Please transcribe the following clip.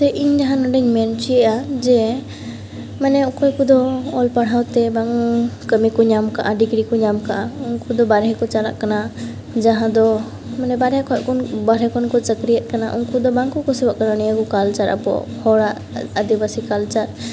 ᱛᱚ ᱤᱧ ᱡᱟᱦᱟᱸ ᱱᱚᱰᱮᱧ ᱢᱮᱱ ᱚᱪᱚᱭᱮᱫᱼᱟ ᱡᱮ ᱢᱟᱱᱮ ᱚᱠᱚᱭ ᱠᱚᱫᱚ ᱚᱞ ᱯᱟᱲᱦᱟᱣᱛᱮ ᱵᱟᱝ ᱠᱟᱹᱢᱤᱠᱚ ᱧᱟᱢᱠᱟᱜᱼᱟ ᱰᱤᱜᱽᱨᱤᱠᱚ ᱧᱟᱢᱠᱟᱜᱼᱟ ᱩᱱᱠᱚ ᱫᱚ ᱵᱟᱨᱦᱮᱠᱚ ᱟᱞᱟᱜ ᱠᱟᱱᱟ ᱡᱟᱦᱟᱸ ᱫᱚ ᱢᱟᱱᱮ ᱵᱟᱨᱦᱮ ᱠᱷᱚᱡᱠᱚ ᱵᱟᱨᱦᱮ ᱠᱷᱚᱱᱠᱚ ᱪᱟᱹᱠᱨᱤᱭᱮᱫ ᱠᱟᱱᱟ ᱩᱱᱠᱚ ᱫᱚ ᱵᱟᱝᱠᱚ ᱠᱩᱥᱤᱣᱟᱜ ᱠᱟᱱᱟ ᱱᱤᱭᱟᱹᱠᱚ ᱠᱟᱞᱪᱟᱨ ᱟᱵᱚ ᱦᱚᱲᱟᱜ ᱟᱹᱫᱤᱵᱟᱹᱥᱤ ᱠᱟᱞᱪᱟᱨ